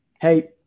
Hey